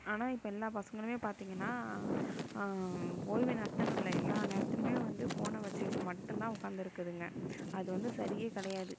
ஆனால் இப்போ எல்லா பசங்களுமே பார்த்தீங்கன்னா ஓய்வு நேரத்தில்னு இல்லை எல்லா நேரத்துலேயுமே வந்து ஃபோனை வச்சுக்கிட்டு மட்டும் தான் உட்காந்துருக்குதுங்க அது வந்து சரியே கிடையாது